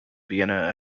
vienna